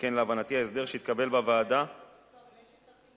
שכן להבנתי ההסדר שהתקבל בוועדה, אבל יש החלופי.